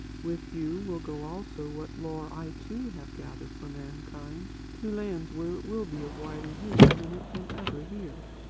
with you will go also what lore i too have gathered for mankind to lands where it will be of wider use than it can ever here.